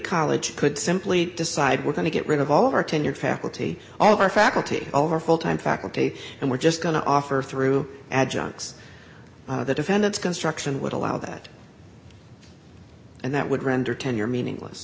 college could simply decide we're going to get rid of all of our tenured faculty all of our faculty over full time faculty and we're just going to offer through adjuncts the defendants construction would allow that and that would render tenure meaningless